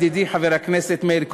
ידידי חבר הכנסת מאיר כהן,